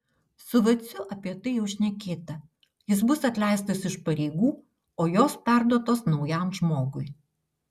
su vaciu apie tai jau šnekėta jis bus atleistas iš pareigų o jos perduotos naujam žmogui